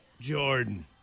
Jordan